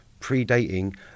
predating